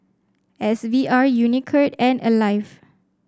S V R Unicurd and Alive